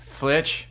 flitch